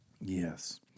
Yes